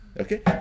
Okay